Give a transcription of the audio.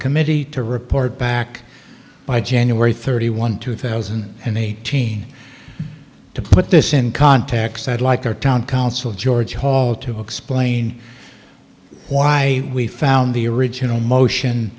committee to report back by january thirty one two thousand and eighteen to put this in context i'd like our town council george hall to explain why we found the original motion